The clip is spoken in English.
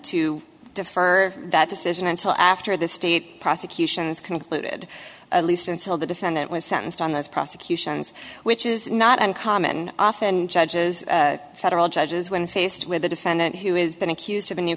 to defer that decision until after the state prosecution has concluded at least until the defendant was sentenced on those prosecutions which is not uncommon often judges federal judges when faced with a defendant who has been accused of a new